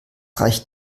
reicht